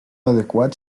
adequat